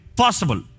possible